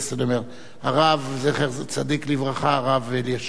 הרב, זכר צדיק לברכה, הרב אלישיב.